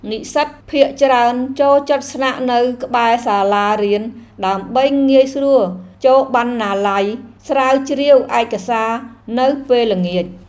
និស្សិតភាគច្រើនចូលចិត្តស្នាក់នៅក្បែរសាលារៀនដើម្បីងាយស្រួលចូលបណ្ណាល័យស្រាវជ្រាវឯកសារនៅពេលល្ងាច។